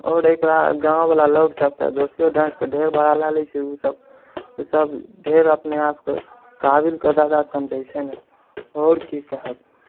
आओर एकरा गाँव वला लोक सबकेंँ देखिऔ डाँटिके ढेर भाड़ा लेए छै ओ सब ढेर अपनेआपके काबिलके दादा समझै छै नहि आओर कि कहब